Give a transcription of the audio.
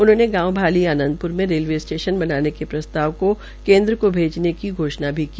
उन्होंने गांव भाली आनंदप्र में रेलवे स्टेशन बनाने का प्रस्ताव को केद्र को भेजने की घोषणा भी की